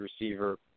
receiver